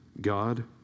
God